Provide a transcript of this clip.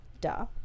duh